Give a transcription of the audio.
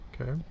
Okay